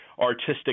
artistic